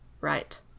Right